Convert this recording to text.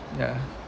ya